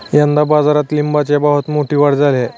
यंदा बाजारात लिंबाच्या भावात मोठी वाढ झाली आहे